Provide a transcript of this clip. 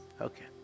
Okay